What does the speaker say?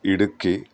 Idukki